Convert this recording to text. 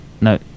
No